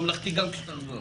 הדברים באמת חשובים לי.